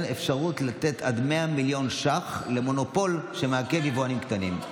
אפשרות לתת עד 100 מיליון ש"ח למונופול שמעכב יבואנים קטנים.